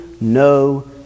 no